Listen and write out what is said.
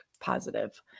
positive